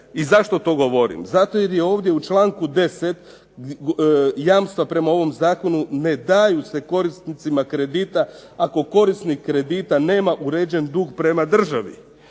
I zašto to govorim? Zato jer je ovdje u čl. 10 jamstva prema ovom zakonu ne daju se korisnicima kredita ako korisnik kredita nema uređen dug prema državi.